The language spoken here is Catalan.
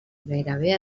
gairebé